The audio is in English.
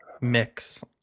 mix